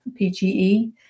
pge